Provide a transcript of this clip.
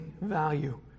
value